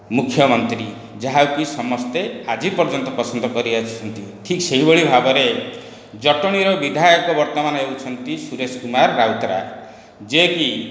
ମୁଖ୍ୟମନ୍ତ୍ରୀ ଯାହାକୁକି ସମସ୍ତେ ଆଜି ପର୍ଯ୍ୟନ୍ତ ପସନ୍ଦ କରିଆସୁଛନ୍ତି ଠିକ୍ ସେହିଭଳି ଭାବରେ ଜଟଣୀର ବିଧାୟକ ବର୍ତ୍ତମାନ ହେଉଛନ୍ତି ସୁରେଶ କୁମାର ରାଉତରାଏ ଯିଏକି